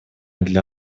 для